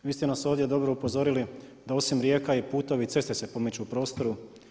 Vi ste nas ovdje dobro upozorili, da osim rijeka i putovi i ceste se pomiču u prostoru.